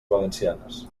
valencianes